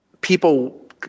people